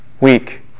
weak